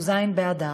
הוא ז' באדר,